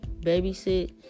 babysit